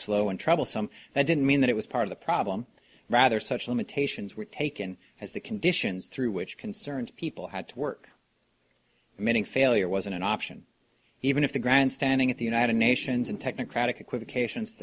slow and trouble some that didn't mean that it was part of the problem rather such limitations were taken as the conditions through which concerned people had to work meaning failure wasn't an option even if the grandstanding at the united nations and technocratic equivocations